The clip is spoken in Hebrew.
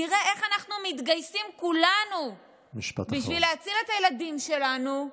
נראה איך אנחנו מתגייסים כולנו בשביל להציל את הילדים שלנו,